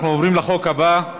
אנחנו עוברים לחוק הבא.